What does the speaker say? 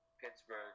Pittsburgh